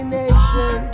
nation